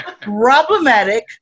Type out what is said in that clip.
problematic